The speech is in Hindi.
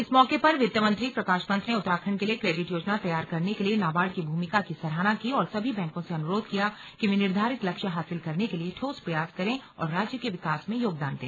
इस मौके पर वित्त मंत्री प्रकाश पंत ने उत्तराखंड के लिये क्रेडिट योजना तैयार करने के लिये नार्बाड की भूमिका की सराहना की और सभी बैंको से अनुरोध किया कि वे निर्धारित लक्ष्य हासिल करने के लिये ठोस प्रयास करें और राज्य के विकास में योगदान दें